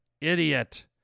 idiot